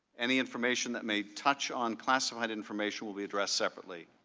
and the information that may touch unclassified information will be addressed separately.